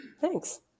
Thanks